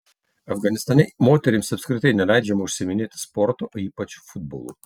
afganistane moterims apskritai neleidžiama užsiiminėti sportu o ypač futbolu